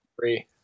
three